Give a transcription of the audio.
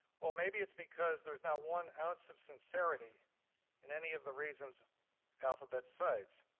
well, maybe it's because there's not one ounce of sincerity in any of the reasons alphabet cites.